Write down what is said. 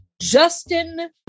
Justin